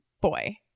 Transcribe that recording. boy